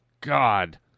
God